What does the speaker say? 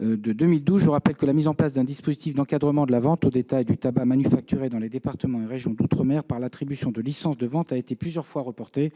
pour 2012, je rappelle que la mise en place d'un dispositif d'encadrement de la vente au détail du tabac manufacturé dans les départements et régions d'outre-mer par l'attribution de licences de vente a été plusieurs fois reportée.